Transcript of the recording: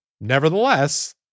nevertheless